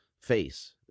face